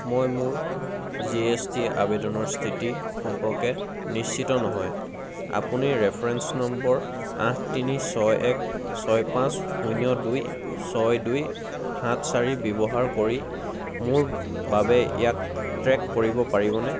মই মোৰ G S T আবেদনৰ স্থিতি সম্পৰ্কে নিশ্চিত নহয় আপুনি ৰেফাৰেন্স নম্বৰ আঠ তিনি ছয় এক ছয় পাঁচ শূন্য দুই ছয় দুই সাত চাৰি ব্যৱহাৰ কৰি মোৰ বাবে ইয়াক ট্ৰেক কৰিব পাৰিবনে